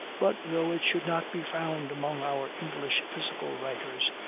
but though it should not be found among our english physical writers,